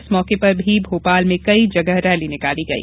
इस मौके पर भी भोपाल में कई जगह रैली निकाली गई